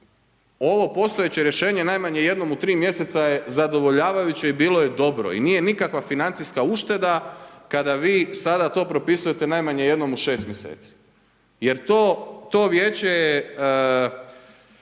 ovo postojeće rješenje najmanje jednom u 3 mjeseca je zadovoljavajuće i bilo je dobro. I nije nikakva financijska ušteda kada vi sada to propisujete najmanje jednom u 6 mjeseci. Jer to, to Vijeće